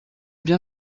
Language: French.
bien